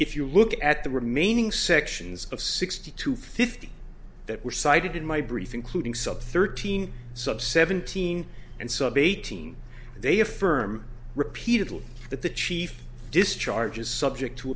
if you look at the remaining sections of sixty two fifty that were cited in my brief including some thirteen sub seventeen and sub eighteen they affirm repeatedly that the chief discharge is subject to